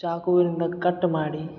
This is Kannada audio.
ಚಾಕುವಿನಿಂದ ಕಟ್ ಮಾಡಿ